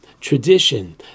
tradition